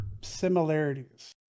similarities